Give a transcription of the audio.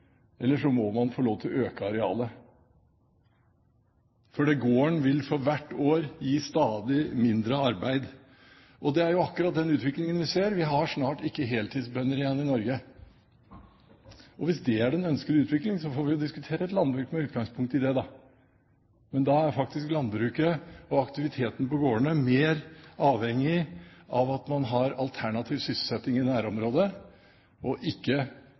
eller så må man få lov til å øke arealet, for gården vil for hvert år gi stadig mindre arbeid. Det er akkurat den utviklingen vi ser. Vi har snart ikke heltidsbønder igjen i Norge. Hvis det er den ønskede utvikling, får vi diskutere et landbruk med utgangspunkt i det, da, men da er faktisk landbruket og aktiviteten på gårdene mer avhengig av at man har alternativ sysselsetting i nærområdet, og ikke